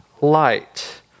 light